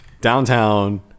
downtown